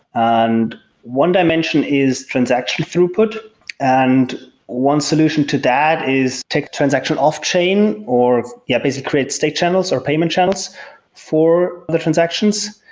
and one dimension is transaction throughput and one solution to that is take the transaction off chain or yeah basically create state channels or payment channels for the transactions.